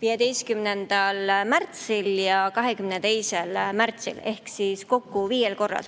15. märtsil ja 22. märtsil ehk kokku viiel korral.